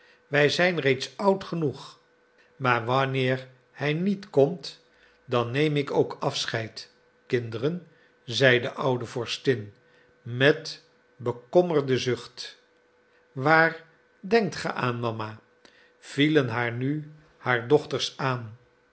wij we zijn reeds oud genoeg maar wanneer hij niet komt dan neem ik ook afscheid kinderen zei de oude vorstin met bekommerde zucht waar denkt ge aan mama vielen haar nu haar dochters aan